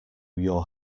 your